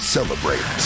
Celebrate